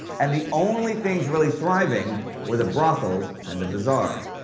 and the only things really thriving were the brothels and the bazaars.